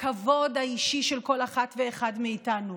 הכבוד האישי של כל אחת ואחד מאיתנו.